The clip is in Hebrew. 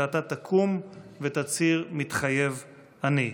ואתה תקום ותצהיר "מתחייב אני".